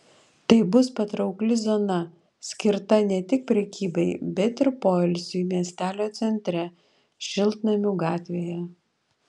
tai bus patraukli zona skirta ne tik prekybai bet ir poilsiui miestelio centre šiltnamių gatvėje